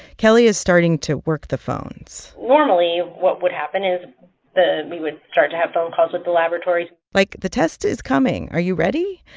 kelly is starting to work the phones normally, what would happen is the we would start to have phone calls at the laboratories like, the test is coming are you ready?